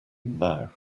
now